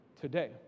today